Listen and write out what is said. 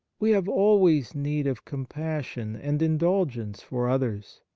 we have always need of compassion and indulgence for others.